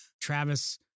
travis